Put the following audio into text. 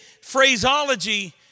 phraseology